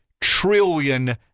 trillion